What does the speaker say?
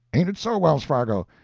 ain't it so, wells-fargo?